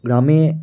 গ্রামে